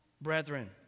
brethren